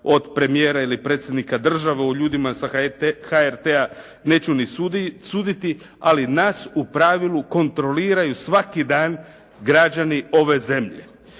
od premijera ili predsjednika države, o ljudima sa HRT-a neću ni suditi ali nas u pravilu kontroliraju svaki dan građani ove zemlje.